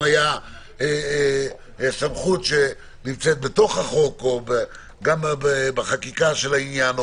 אם יש סמכות בתוך החוק או בחקיקה של העניין?